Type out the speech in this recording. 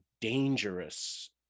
dangerous